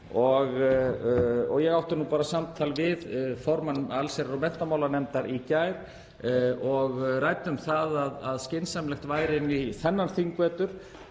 Ég átti nú bara samtal við formann allsherjar- og menntamálanefndar í gær og ræddi um það að skynsamlegt væri inn í þennan þingvetur